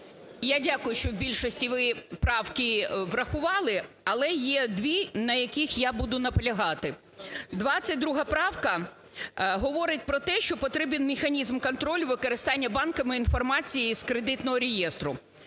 Я дякую, що в більшості, ви правки врахували, але є дві, на яких я буду наполягати. 22 правка говорить про те, що потрібен механізм контролю використання банками інформації з Кредитного реєстру.